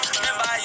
Remember